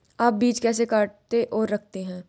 आप बीज कैसे काटते और रखते हैं?